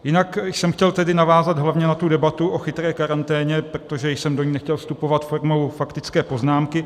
Jinak jsem chtěl navázat hlavně na tu debatu o chytré karanténě, protože jsem do ní nechtěl vstupovat formou faktické poznámky.